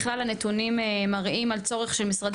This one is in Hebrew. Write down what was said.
12. בכלל הנתונים מראים על צורך של משרדי